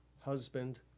husband